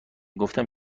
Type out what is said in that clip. گفتم